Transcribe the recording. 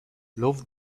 love